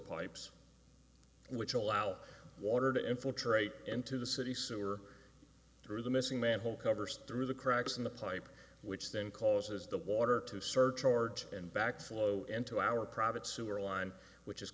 pipes which allow water to infiltrate into the city sewer through the missing manhole covers through the cracks in the pipe which then causes the water to surcharge and back flow into our private sewer line which is